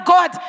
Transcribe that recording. God